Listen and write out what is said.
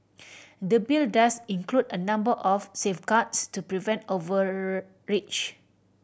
the Bill does include a number of safeguards to prevent overreach